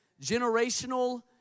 Generational